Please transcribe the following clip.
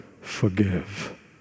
forgive